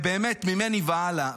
זה באמת ממני והלאה.